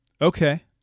Okay